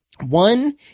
One